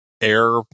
air